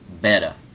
better